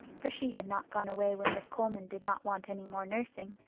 for she had not gone away when miss coleman did not want any more nursing,